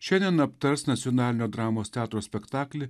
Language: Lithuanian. šiandien aptars nacionalinio dramos teatro spektaklį